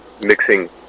mixing